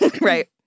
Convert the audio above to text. Right